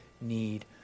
need